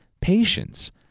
patience